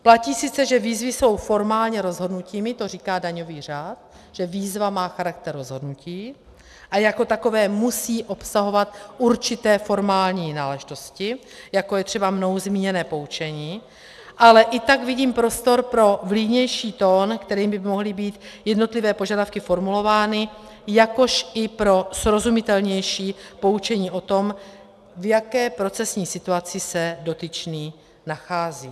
Platí sice, že výzvy jsou formálně rozhodnutími, to říká daňový řád, že výzva má charakter rozhodnutí a jako takové musí obsahovat určité formální náležitosti, jako je třeba mnou zmíněné poučení, ale i tak vidím prostor pro vlídnější tón, kterým by mohly být jednotlivé požadavky formulovány, jakož i pro srozumitelnější poučení o tom, v jaké procesní situaci se dotyčný nachází.